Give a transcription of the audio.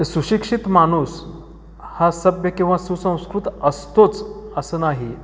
ते सुशिक्षित माणूस हा सभ्य किंवा सुसंस्कृत असतोच असं नाही